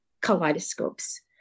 kaleidoscopes